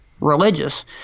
religious